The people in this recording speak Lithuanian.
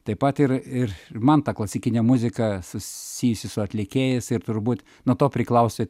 taip pat ir ir ir man ta klasikinė muzika susijusi su atlikėjais ir turbūt nuo to priklausė